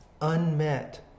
Unmet